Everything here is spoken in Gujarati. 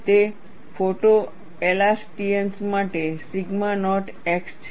તે ફોટોએલાસ્ટિઅન્સ માટે સિગ્મા નૉટ x છે